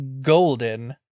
golden